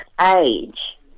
age